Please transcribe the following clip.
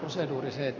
osa nurisee